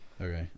Okay